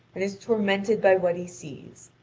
and is tormented by what he sees.